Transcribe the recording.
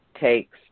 takes